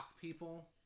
people